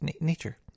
nature